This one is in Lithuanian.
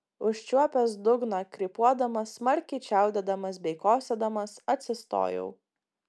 užčiuopęs dugną krypuodamas smarkiai čiaudėdamas bei kosėdamas atsistojau